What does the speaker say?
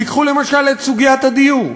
תיקחו למשל את סוגיית הדיור,